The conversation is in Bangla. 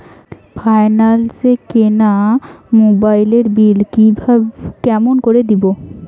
ফাইন্যান্স এ কিনা মোবাইলের বিল কেমন করে দিবো?